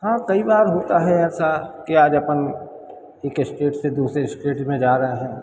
हाँ कई बार होता है ऐसा कि आज अपन एक इस्टेट से दूसरे इस्टेट में जा रहे हैं